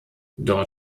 dort